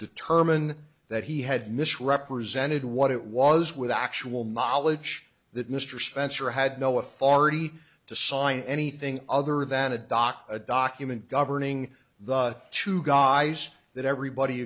determine that he had misrepresented what it was with actual knowledge that mr spencer had no authority to sign anything other than a dot a document governing the two guys that everybody